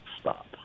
stop